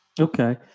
Okay